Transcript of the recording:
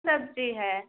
सब्ज़ी है